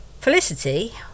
Felicity